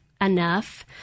enough